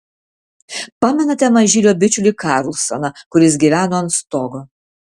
pamenate mažylio bičiulį karlsoną kuris gyveno ant stogo